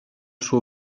suo